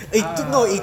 ah